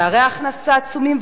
פערי הכנסה עצומים,